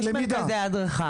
יש מרכזי הדרכה.